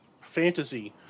fantasy